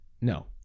no